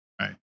Right